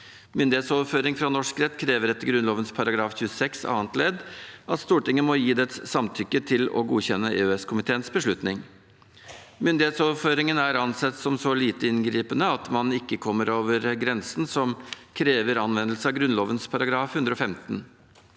Myndighetsoverføring fra norsk rett krever etter Grunnloven § 26 annet ledd at Stortinget må gi sitt samtykke til å godkjenne EØSkomiteens beslutning. Myndighetsoverføringen er ansett som så lite inngripende at man ikke kommer over grensen som krever anvendelse av Grunnloven § 115.